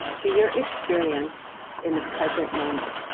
to your experience in the present moment.